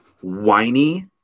whiny